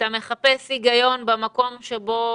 אתה מחפש היגיון במקום שבו,